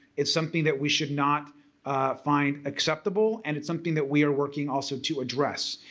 it's something that we should not find acceptable, and it's something that we are working also to address.